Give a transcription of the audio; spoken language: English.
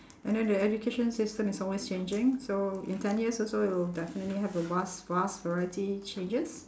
and then the education system is always changing so in ten years also it will definitely have a vast vast variety changes